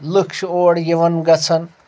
لُکھ چھِ اورٕ یِوان گژھان